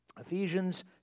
Ephesians